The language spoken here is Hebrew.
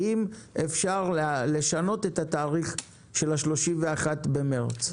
האם אפשר לשנות את התאריך של ה-31 במרץ?